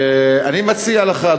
ואני מציע לך,